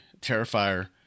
Terrifier